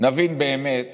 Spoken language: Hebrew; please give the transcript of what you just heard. נבין באמת